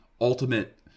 ultimate